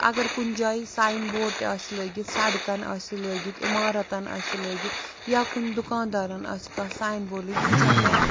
اگر کُنہِ جایہِ ساین بوڈ تہِ آسہِ لٲگِتھ سَڑکَن آسہِ لٲگِتھ عمارَتَن آسہِ لٲگِتھ یا کُنہِ دُکاندارَن آسہِ کانٛہہ ساین بوڈ لٔگ سُہ چھُ آسان